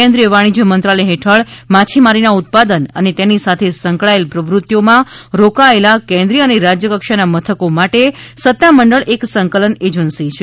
કેન્દ્રીય વાણિજ્ય મંત્રાલય હેઠળ માછીમારીના ઉત્પાદન અને તેની સાથે સંકળાયેલ પ્રવૃત્તિઓમાં રોકાયેલા કેન્દ્રિય અને રાજ્ય કક્ષાના મથકો માટે સત્તામંડળ એક સંકલન એજન્સી છે